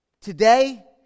today